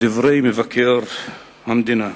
דברי מבקר המדינה.